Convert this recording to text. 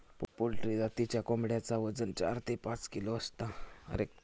poultry जातीच्या कोंबड्यांचा वजन चार ते पाच किलो असता